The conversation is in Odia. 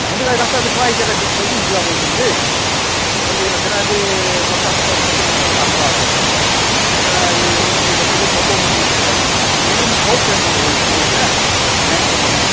ମନ୍ଦିରର ରାସ୍ତା ତ କୁହା ହେଇଛେ ହେଟା ଜଲ୍ଦି ହେଇଯିବା ବୋଲୁଛନ୍ ଯେ ଜଲ୍ଦି ସେଟା ବି ପଇସାପତର କେତେ ଲକ୍ଷ ଗୁଟେ ଆସବା ଅଛେ ହେଟା ବି ମୁଇଁ ସବୁ ଲେଖିକରି ସବୁ ମୁଇଁ ଦେଇଛେ ଭାଇ ମୁଇଁ ଖୁବ ଟେନସନ୍ ରହୁ ରହୁଛେ ନାଇଁ କୁହ ନା